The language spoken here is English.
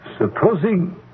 Supposing